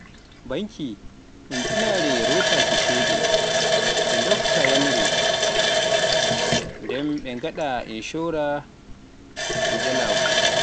banke un inaare rotaaki sheede, ɓe ndokka yammande nden e waɗa inshora e njulaagu